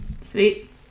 Sweet